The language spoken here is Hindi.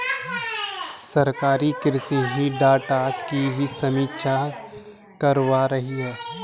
सरकार कृषि डाटा की समीक्षा करवा रही है